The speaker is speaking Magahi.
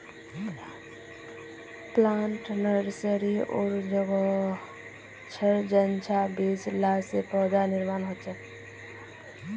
प्लांट नर्सरी उर जोगोह छर जेंछां बीज ला से पौधार निर्माण होछे